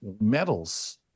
medals